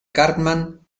cartman